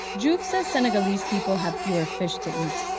diouf says senegalese people have fewer fish to eat,